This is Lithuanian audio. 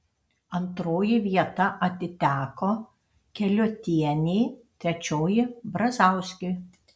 antroji vieta atiteko keliuotienei trečioji brazauskiui